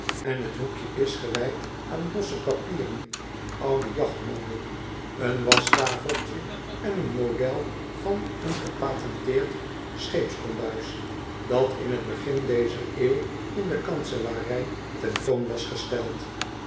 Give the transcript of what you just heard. en t hoekje is gewijd aan losse papieren oude jachtmanden een waschtafeltje en een model van een gepatenteerd scheepskombuis dat in t begin dezer eeuw in de kanselarij ten toon was gesteld